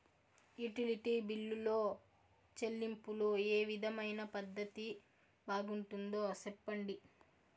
Utility బిల్లులో చెల్లింపులో ఏ విధమైన పద్దతి బాగుంటుందో సెప్పండి?